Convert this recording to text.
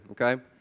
okay